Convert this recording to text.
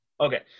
Okay